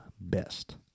best